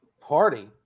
party